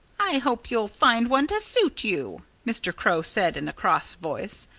i hope you'll find one to suit you, mr. crow said in a cross voice.